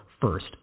first